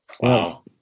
Wow